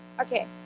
Okay